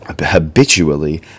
habitually